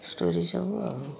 story ସରିବ ଆଉ